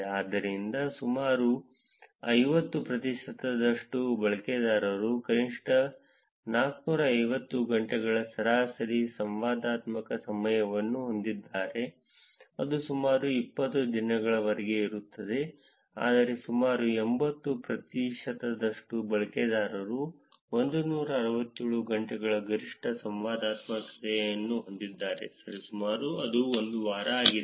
ಉದಾಹರಣೆಗೆ ಸುಮಾರು 50 ಪ್ರತಿಶತದಷ್ಟು ಬಳಕೆದಾರರು ಕನಿಷ್ಠ 450 ಗಂಟೆಗಳ ಸರಾಸರಿ ಸಂವಾದಾತ್ಮಕ ಸಮಯವನ್ನು ಹೊಂದಿದ್ದಾರೆ ಅದು ಸುಮಾರು 20 ದಿನಗಳವರೆಗೆ ಇರುತ್ತದೆ ಆದರೆ ಸುಮಾರು 80 ಪ್ರತಿಶತದಷ್ಟು ಬಳಕೆದಾರರು 167 ಗಂಟೆಗಳ ಗರಿಷ್ಠ ಸಂವಾದಾತ್ಮಕತೆಯನ್ನು ಹೊಂದಿದ್ದಾರೆ ಸರಿಸುಮಾರು ಒಂದು ವಾರ ಆಗಿದೆ